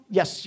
Yes